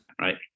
right